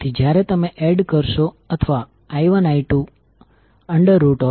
તેથી તમે કહી શકો છો22122